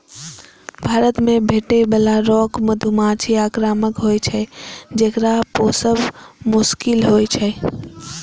भारत मे भेटै बला रॉक मधुमाछी आक्रामक होइ छै, जेकरा पोसब मोश्किल छै